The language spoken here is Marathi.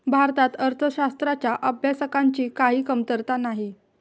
भारतात अर्थशास्त्राच्या अभ्यासकांची काही कमतरता नाही